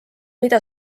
mida